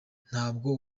ntabwo